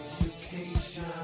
education